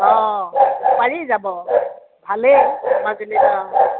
অঁ পাৰি যাব ভালেই মাজুলীত অঁ